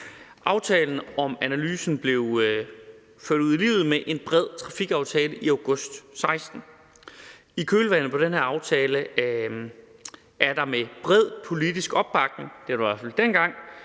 Aftalen om analyserne blev ført ud i livet med en bred trafikaftale i august 2016. I kølvandet på den aftale er der med bred politisk opbakning – det var der i hvert fald dengang